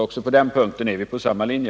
Också på den punkten är vi alltså på samma linje.